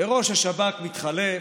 ראש השב"כ מתחלף,